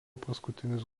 paskutinis